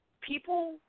people